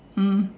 mm